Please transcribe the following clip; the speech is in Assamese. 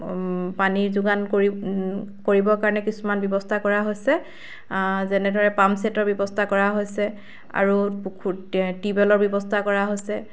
পানী যোগান কৰি কৰিবৰ কাৰণে কিছুমান ব্যৱস্থা কৰা হৈছে যেনেদৰে পাম ছেটৰ ব্যৱস্থা কৰা হৈছে আৰু টিউবেলৰ ব্যৱস্থা কৰা হৈছে